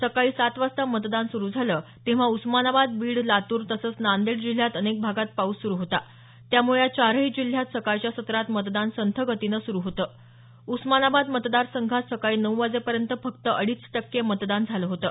सकाळी सात वाजता मतदान सुरू झालं तेव्हा उस्मानाबाद बीड लातूर तसंच नांदेड जिल्ह्यात अनेक भागात पाऊस सुरू होता त्यामुळे या चारही जिल्ह्यात सकाळच्या सत्रात मतदान संथगतीने सुरू होतं उस्मानाबाद मतदार संघात सकाळी नऊ वाजेपर्यंत फक्त अडीच टक्के मतदान झालं होतं